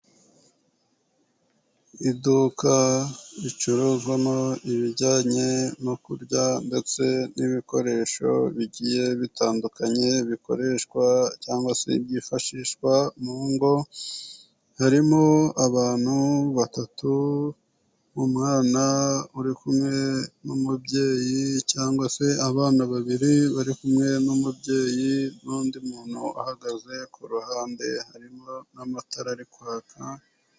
Iduka ricuruzwamo ibijyanye no kurya ndetse n'ibikoresho bigiye bitandukanye bikoreshwa cyangwa se byifashishwa mu ngo, harimo abantu batatu umwana uri kumwe n'umubyeyi, cyangwa se abana babiri bari kumwe n'umubyeyi, n'undi muntu uhagaze ku ruhande harimo n'amatara ari kwaka.